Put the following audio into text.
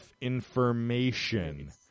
information